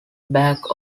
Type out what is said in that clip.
back